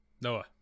Noah